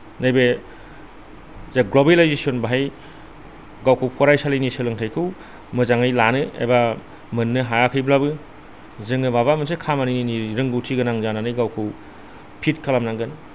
नैबे जे ग्लबेलायजेसन बेहाय गावखौ फरायसालिनि सोलोंथायखौ मोजाङै लानो एबा मोन्नो हायाखैब्लाबो जोङो माबा मोनसे खामानिनि रोंगौथि गोनां जानानै गावखौ फित खालामनांगोन